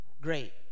great